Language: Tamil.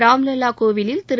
ராம் லல்லாகோவிலில் திரு